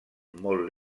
molt